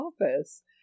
office